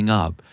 up